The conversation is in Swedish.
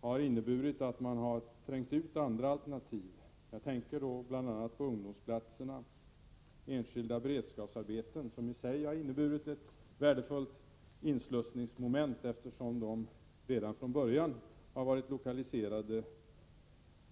har inneburit att man trängt ut andra alternativ — jag tänker då på bl.a. ungdomsplatserna och enskilda beredskapsarbeten, som i sig inneburit ett värdefullt inslussningsmoment, eftersom de redan från början varit lokaliserade